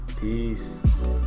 Peace